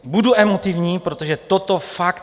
Budu emotivní, protože toto fakt...